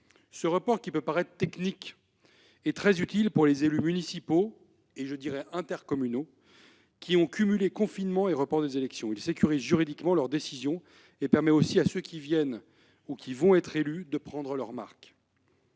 2021. S'il peut paraître technique, ce report est très utile pour les élus municipaux et intercommunaux qui ont cumulé confinement et report des élections. Il sécurise juridiquement leurs décisions et permet aussi à ceux qui viennent d'être élus ou qui vont l'être de prendre leurs marques.